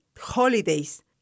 holidays